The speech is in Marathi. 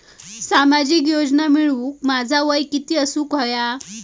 सामाजिक योजना मिळवूक माझा वय किती असूक व्हया?